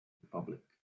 republic